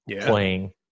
playing